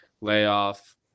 layoff